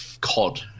cod